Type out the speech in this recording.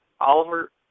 Oliver